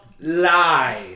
lie